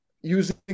using